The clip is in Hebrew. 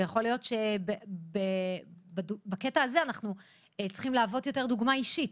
יכול להיות שבקטע הזה אנחנו צריכים יותר להוות דוגמה אישית,